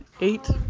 Eight